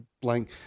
blank